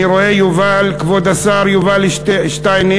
אני רואה: כבוד השר יובל שטייניץ,